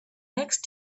next